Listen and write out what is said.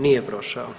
Nije prošao.